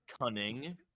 cunning